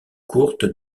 courtes